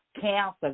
cancer